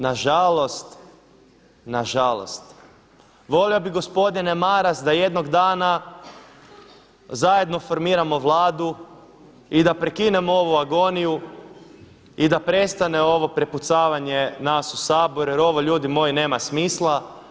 Nažalost, nažalost volio bi gospodine Maras da jednog dana zajedno formiramo Vladu i da prekinemo ovu agoniju i da prestane ovo prepucavanje nas u Saboru jer ovo ljudi moji nema smisla.